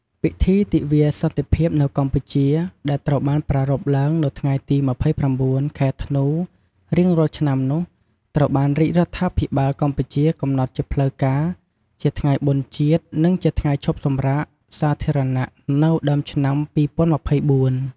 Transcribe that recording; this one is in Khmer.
ពិធីទិវាសន្តិភាពនៅកម្ពុជា ដែលត្រូវបានប្រារព្ធឡើងនៅថ្ងៃទី ២៩ ខែធ្នូ រៀងរាល់ឆ្នាំនោះ ត្រូវបានរាជរដ្ឋាភិបាលកម្ពុជាកំណត់ជាផ្លូវការជាថ្ងៃបុណ្យជាតិ និងជាថ្ងៃឈប់សម្រាកសាធារណៈនៅដើមឆ្នាំ ២០២៤។